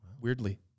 weirdly